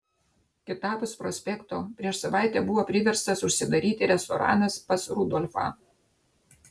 kitapus prospekto prieš savaitę buvo priverstas užsidaryti restoranas pas rudolfą